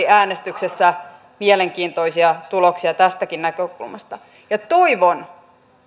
äänestyksessä mielenkiintoisia tuloksia tästäkin näkökulmasta toivon